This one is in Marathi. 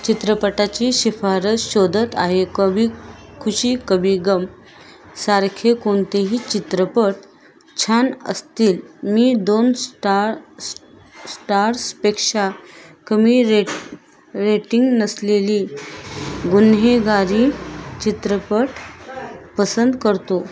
चित्रपटाची शिफारस शोधत आहे कभी खुशी कभी गम सारखे कोणतेही चित्रपट छान असतील मी दोन स्टार स्टार्स पेक्षा कमी रेट रेटिंग नसलेली गुन्हेगारी चित्रपट पसंत करतो